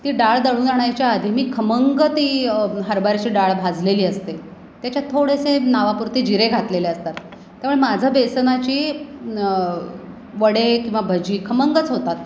ती डाळ दळून आणायच्या आधी मी खमंग ती हरभऱ्याची डाळ भाजलेली असते त्याच्यात थोडेसे नावापुरते जिरे घातलेले असतात त्यामुळे माझं बेसनाची न वडे किंवा भजी खमंगच होतात